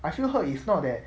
I feel hurt is not that